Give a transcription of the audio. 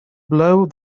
blow